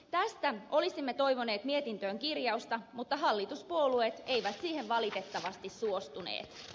tästä olisimme toivoneet mietintöön kirjausta mutta hallituspuolueet eivät siihen valitettavasti suostuneet